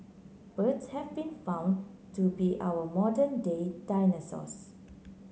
birds have been found to be our modern day dinosaurs